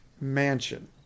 mansion